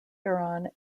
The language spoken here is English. huron